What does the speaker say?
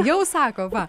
jau sako va